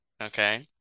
okay